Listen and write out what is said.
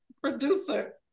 producer